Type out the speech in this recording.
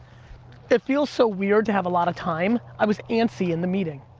it feels so weird to have a lot of time, i was antsy in the meeting.